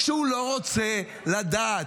כשהוא לא רוצה לדעת?